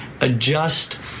adjust